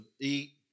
eat